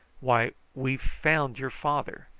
why, we've found your father.